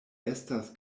estas